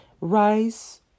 rice